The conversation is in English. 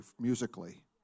musically